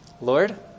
Lord